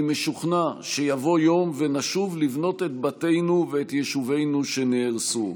אני משוכנע שיבוא יום ונשוב לבנות את בתינו ואת יישובינו שנהרסו,